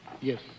Yes